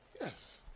Yes